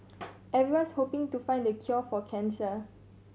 everyone's hoping to find the cure for cancer